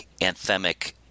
anthemic